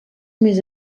més